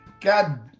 god